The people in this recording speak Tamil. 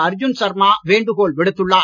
அர்ஜுன் சர்மா வேண்டுகோள் விடுத்துள்ளார்